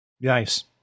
nice